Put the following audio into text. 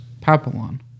Papillon